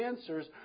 answers